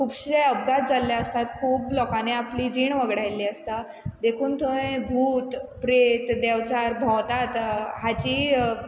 खुबशे अपघात जाल्ले आसतात खूब लोकांनी आपली जीण वगडायल्ली आसता देखून थंय भूत प्रेत देंवचार भोंवतात हाची